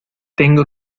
tengo